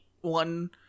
one